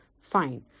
fine